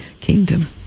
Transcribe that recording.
kingdom